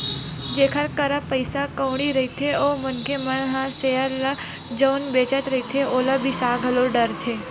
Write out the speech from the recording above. जेखर करा पइसा कउड़ी रहिथे ओ मनखे मन ह सेयर ल जउन बेंचत रहिथे ओला बिसा घलो डरथे